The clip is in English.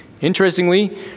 Interestingly